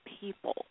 people